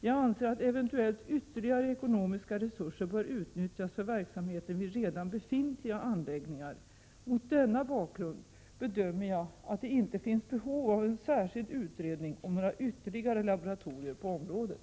Jag anser att eventuellt ytterligare ekonomiska resurser bör utnyttjas för verksamheten vid redan befintliga anläggningar. Mot denna bakgrund bedömer jag att det inte finns behov av en särskild utredning om några ytterligare laboratorier på området.